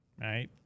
right